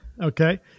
Okay